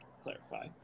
clarify